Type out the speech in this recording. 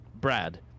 Brad